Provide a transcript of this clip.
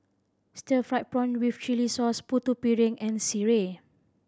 stir fried prawn with chili sauce Putu Piring and sireh